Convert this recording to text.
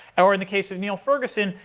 and or in the case of niall ferguson,